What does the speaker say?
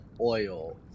oil